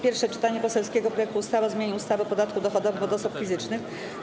Pierwsze czytanie poselskiego projektu ustawy o zmianie ustawy o podatku dochodowym od osób fizycznych.